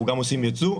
אנחנו גם עושים ייצוא,